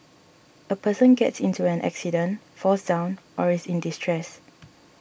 a person gets into an accident falls down or is in distress